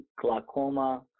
glaucoma